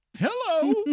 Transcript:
Hello